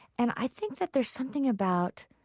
and i think that there's something about